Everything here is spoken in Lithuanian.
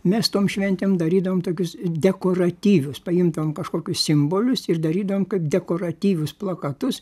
mes tom šventėm darydavom tokius dekoratyvius paimdavom kažkokius simbolius ir darydavom kaip dekoratyvius plakatus